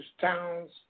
towns